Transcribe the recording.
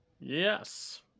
Yes